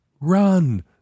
Run